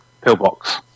Pillbox